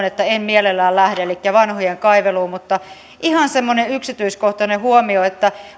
että en mielelläni lähde elikkä vanhojen kaiveluun mutta ihan semmoinen yksityiskohtainen huomio